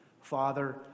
father